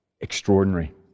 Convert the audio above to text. extraordinary